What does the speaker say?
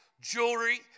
jewelry